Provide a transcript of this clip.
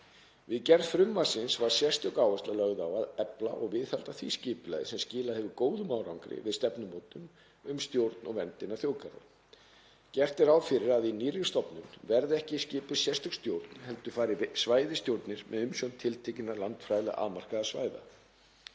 Við gerð frumvarpsins var sérstök áhersla lögð á að efla og viðhalda því skipulagi sem skilað hefur góðum árangri við stefnumótun um stjórn og vernd innan þjóðgarða. Gert er ráð fyrir að í nýrri stofnun verði ekki skipuð sérstök stjórn heldur fari svæðisstjórnir með umsjón tiltekinna landfræðilega afmarkaðra svæða.